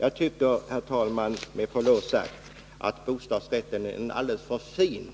Jag tycker, herr talman, med förlov sagt att bostadsrätten är en alldeles för fin